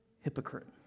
hypocrite